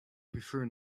prefer